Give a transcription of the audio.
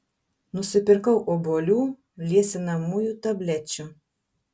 nusipirkau obuolių liesinamųjų tablečių